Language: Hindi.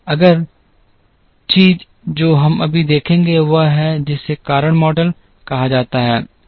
अगली चीज जो हम अभी देखेंगे वह है जिसे कारण मॉडल कहा जाता है